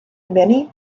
many